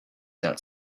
that